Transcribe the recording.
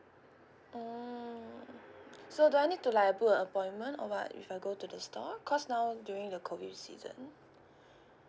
mm so do I need to like book a appointment or what if I go to the store cause now during the COVID season